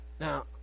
Now